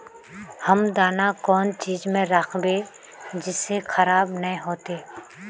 हम दाना कौन चीज में राखबे जिससे खराब नय होते?